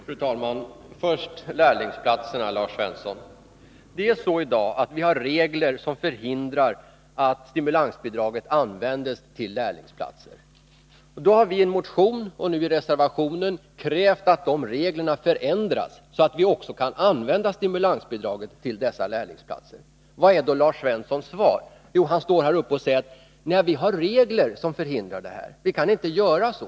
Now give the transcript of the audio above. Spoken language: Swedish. Fru talman! Först lärlingsplatserna, Lars Svensson. Det finns i dag regler som förhindrar att stimulansbidragen används till lärlingsplatser. Därför har vi i en motion och nu i reservation krävt att dessa regler förändras, så att stimulansbidraget också kan användas till lärlingsplatser. Vad är då Lars Svenssons svar? Jo, han säger att det finns regler som förhindrar detta. Vi kan inte göra så.